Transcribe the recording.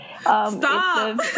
Stop